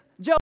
Joe